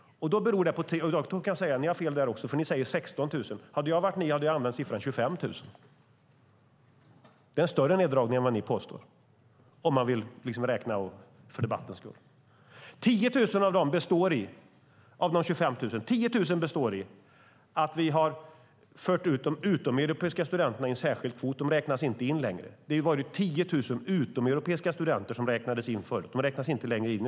Men ni har fel där också, för ni säger att det är 16 000. Hade jag varit ni hade jag använt siffran 25 000 - en större neddragning än vad ni påstår, om man vill räkna för debattens skull. 10 000 av de 25 000 består i att vi har fört ut de utomeuropeiska studenterna till en särskild kvot. De räknas inte in längre. Det var 10 000 utomeuropeiska studenter som räknades in förut.